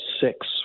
six